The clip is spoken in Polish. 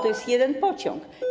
To jest jeden pociąg.